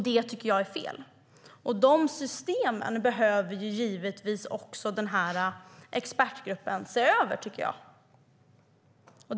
Det tycker jag är fel. Jag tycker att expertgruppen behöver se över dessa system.